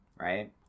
right